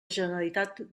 generalitat